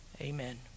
Amen